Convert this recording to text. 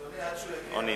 עד שהוא יגיע,